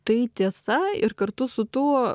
tai tiesa ir kartu su tuo